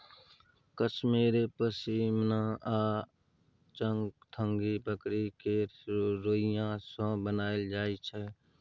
कश्मेरे पश्मिना आ चंगथंगी बकरी केर रोइयाँ सँ बनाएल जाइ छै